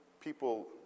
people